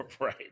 Right